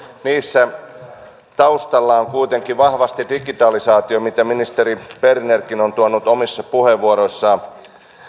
niissä taustalla on kuitenkin vahvasti digitalisaatio mitä ministeri bernerkin on tuonut omissa puheenvuoroissaan